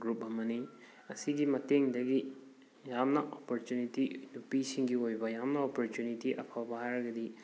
group ꯑꯃꯅꯤ ꯑꯁꯤꯒꯤ ꯃꯇꯦꯡꯗꯒꯤ ꯌꯥꯝꯅ ꯑꯣꯄꯣꯔꯆꯨꯅꯤꯇꯤ ꯅꯨꯄꯤꯁꯤꯡꯒꯤ ꯑꯣꯏꯕ ꯌꯥꯝꯅ ꯑꯣꯄꯣꯔꯆꯨꯅꯤꯇꯤ ꯑꯐꯕ ꯍꯥꯏꯔꯒꯗꯤ